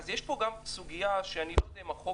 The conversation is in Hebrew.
יש פה גם סוגיה שאני לא יודע אם החוק